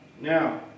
Now